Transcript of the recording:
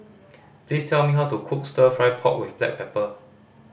please tell me how to cook Stir Fry pork with black pepper